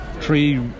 three